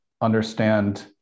understand